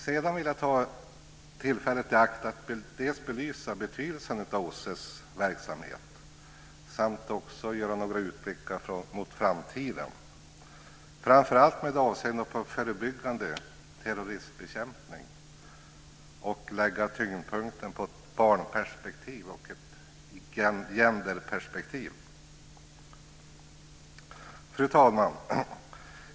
Sedan vill jag ta tillfället i akt att belysa betydelsen av OSSE:s verksamhet samt göra några utblickar mot framtiden, framför allt med avseende på förebyggande terroristbekämpning och med tyngdpunkt på ett barnperspektiv och ett genderperspektiv. Fru talman!